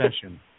session